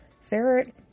Ferret